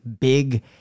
big